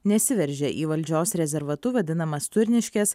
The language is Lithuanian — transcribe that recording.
nesiveržė į valdžios rezervatu vadinamas turniškes